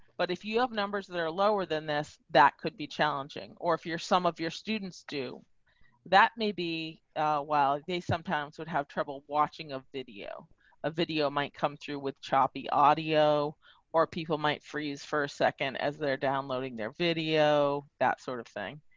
but if you have numbers that are lower than this. that could be challenging or if you're some of your students do that may be while they sometimes would have trouble watching a video a video might come through with choppy audio or people might freeze for a second, as they're downloading their video, that sort of thing.